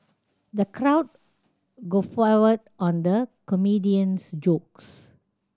the crowd guffawed on the comedian's jokes